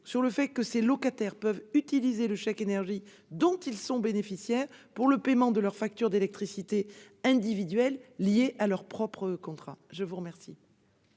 sur le fait que ces locataires peuvent d'ores et déjà utiliser le chèque énergie dont ils sont bénéficiaires pour le paiement de leur facture d'électricité individuelle, liée à leur propre contrat. La parole